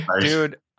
Dude